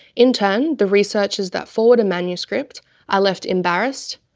in turn, the researchers that forward a manuscript are left embarrassed,